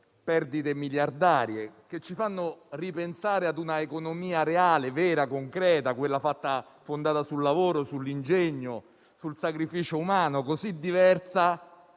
perdite miliardarie, che ci fanno ripensare a una economia reale, vera e concreta, fondata sul lavoro, sull'ingegno e sul sacrificio umano, così diversa